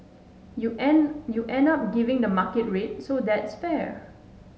you end you end up giving the market rate so that's fair